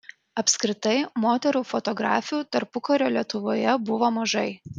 apskritai moterų fotografių tarpukario lietuvoje buvo mažai